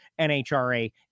NHRA